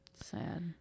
sad